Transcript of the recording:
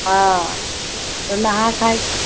हाँ तो नहा खाए के